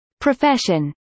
Profession